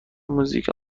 موزیک